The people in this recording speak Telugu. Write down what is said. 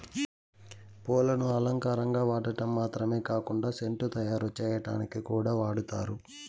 పూలను అలంకారంగా వాడటం మాత్రమే కాకుండా సెంటు తయారు చేయటానికి కూడా వాడతారు